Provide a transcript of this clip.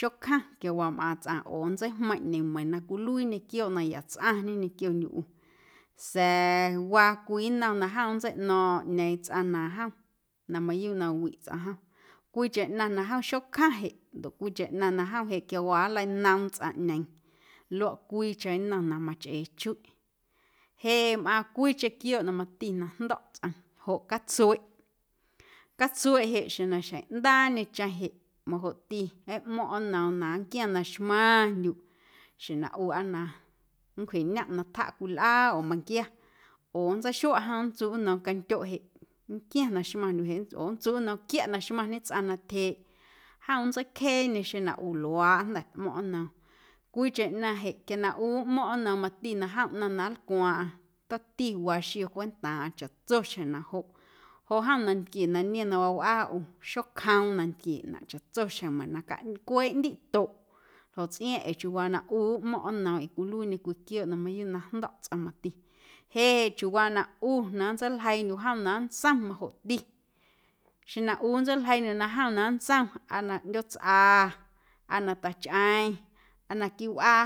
Xocjaⁿ quiawaa mꞌaaⁿ tsꞌaⁿ oo nntseijmeiⁿꞌñe meiiⁿ na cwiluiiñe quiooꞌ na ya tsꞌaⁿñe ñequiondyuꞌ ꞌu sa̱a̱ waa cwii nnom na jom nntseiꞌno̱o̱ⁿꞌo̱ⁿ ꞌñeeⁿ tsꞌaⁿ na jom mayuuꞌ na wiꞌ tsꞌom jom cwiicheⁿ ꞌnaⁿ na jom xocjaⁿ jeꞌ ndoꞌ cwiicheⁿ ꞌnaⁿ na jom jeꞌ quiawaa nleinoom tsꞌaⁿꞌñeeⁿ luaꞌ cwiicheⁿ nnom na machꞌee chuiꞌ. Jeꞌ jeꞌ mꞌaaⁿ cwiicheⁿ quiooꞌ na mati jndo̱ꞌ tsꞌom joꞌ catsueꞌ, catsueꞌ jeꞌ xeⁿ na xjeⁿꞌndaañecheⁿ jeꞌ majoꞌti nꞌmo̱ⁿꞌ nnoom na nnquiaⁿ na xmaⁿndyuꞌ xjeⁿ na ꞌu aa na nncwjeꞌñomꞌ na tjaꞌ cwii lꞌaa oo meiⁿnquia oo nntseixuaꞌ jom nntsuꞌ nnoom candyoꞌ jeꞌ nnquiaⁿ na xmaⁿndyuꞌ jeꞌ oo nntsuꞌ nnoom quiaꞌ na xmaⁿñe tsꞌaⁿ na tyjeeꞌ jom nntseicjeeñe xeⁿ na ꞌu luaaꞌ jnda̱ tmo̱ⁿꞌ nnoom cwiicheⁿ ꞌnaⁿ jeꞌ quia na ꞌu nmo̱ⁿꞌ nnoom na mati na jom ꞌnaⁿ na nlcwaaⁿꞌaⁿ tomti waa xio cwentaaⁿꞌaⁿ chaꞌtso xjeⁿ na joꞌ, joꞌ jom nantquie na niom na waawꞌaa ꞌu xocjoom nantquie ꞌnaⁿꞌ chaꞌtso xjeⁿ meiiⁿ na caꞌ cweꞌ ꞌndiꞌtoꞌ ljoꞌ tsꞌiaaⁿꞌ ee chiuuwaa na ꞌu nmo̱ⁿꞌ nnoom ee cwiluiiñe cwii quiooꞌ na mayuuꞌ na jndo̱ꞌ tsꞌom mati jeꞌ jeꞌ chiuuwaa na ꞌu na nntseiljeiindyuꞌ jom na nntsom majoꞌti xeⁿ na ꞌu nntseiljeiindyuꞌ jom na nntsom aa na ꞌndyootsꞌa aa na tachꞌeⁿ aa naquiiꞌ wꞌaa